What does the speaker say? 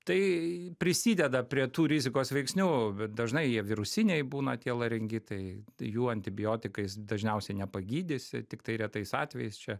tai prisideda prie tų rizikos veiksnių bet dažnai jie virusiniai būna tie laringitai jų antibiotikais dažniausiai nepagydysi tiktai retais atvejais čia